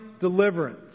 deliverance